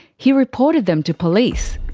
he reported them to police.